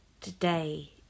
today